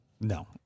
no